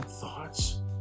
thoughts